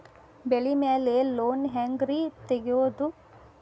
ಬೆಳಿ ಮ್ಯಾಲೆ ಲೋನ್ ಹ್ಯಾಂಗ್ ರಿ ತೆಗಿಯೋದ?